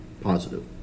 positive